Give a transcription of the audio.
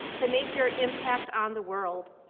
to make your impact on the world.